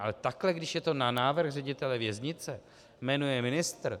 Ale takhle, když je to na návrh ředitele věznice jmenuje ministr...